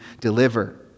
deliver